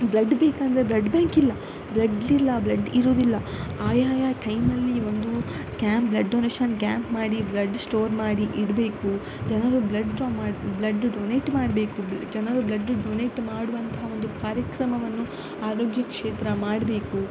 blood ಬೇಕಂದರೆ blood bank ಇಲ್ಲ blood ಇಲ್ಲ ಬ್ಲಡ್ ಇರುವುದಿಲ್ಲ ಆಯಾ ಟೈಮ್ನಲ್ಲಿ ಒಂದು ಕ್ಯಾಂಪ್ ಬ್ಲಡ್ ಡೊನೇಷನ್ ಕ್ಯಾಂಪ್ ಮಾಡಿ ಬ್ಲಡ್ ಸ್ಟೋರ್ ಮಾಡಿ ಇಡಬೇಕು ಜನರು ಬ್ಲಡ್ ಡ್ರಾ ಮಾಡಿ ಬ್ಲಡ್ ಡೊನೇಟ್ ಮಾಡಬೇಕು ಜನರು ಬ್ಲಡ್ ಡೊನೇಟ್ ಮಾಡುವಂತಹ ಒಂದು ಕಾರ್ಯಕ್ರಮವನ್ನು ಆರೋಗ್ಯ ಕ್ಷೇತ್ರ ಮಾಡಬೇಕು